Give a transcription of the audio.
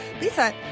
Lisa